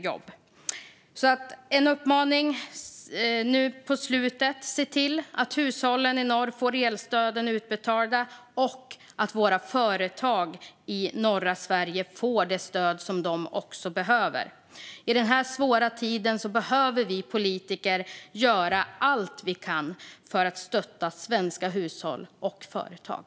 Jag har en uppmaning nu på slutet: Se till att hushållen i norr får elstöden utbetalda och att våra företag i norra Sverige får det stöd som de behöver! I denna svåra tid behöver vi politiker göra allt vi kan för att stötta svenska hushåll och företag.